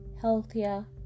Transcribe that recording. healthier